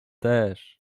też